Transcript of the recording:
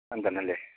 അഞ്ചെണ്ണം അല്ലെ